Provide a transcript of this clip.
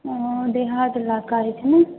ओ देहात इलाका होइ छै ने